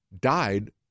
died